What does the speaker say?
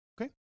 Okay